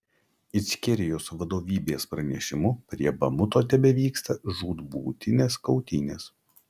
ičkerijos vadovybės pranešimu prie bamuto tebevyksta žūtbūtinės kautynės